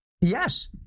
Yes